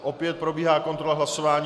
Opět probíhá kontrola hlasování.